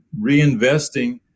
reinvesting